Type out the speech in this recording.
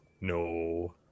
No